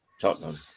Tottenham